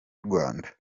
rwanda